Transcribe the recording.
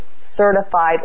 certified